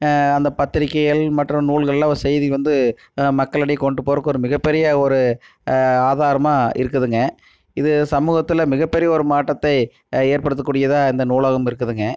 அந்தப் பத்திரிக்கைகள் மற்றும் நூல்களில் ஒரு செய்தி வந்து மக்களிடையே கொண்டு போறதுக்கு ஒரு மிகப் பெரிய ஒரு ஆதாரமாக இருக்குதுங்க இது சமூகத்தில் மிகப் பெரிய ஒரு மாற்றத்தை ஏற்படுத்தக்கூடியதாக இந்த நூலகம் இருக்குதுங்க